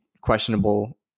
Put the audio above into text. questionable